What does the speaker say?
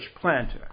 planter